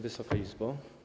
Wysoka Izbo!